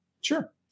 Sure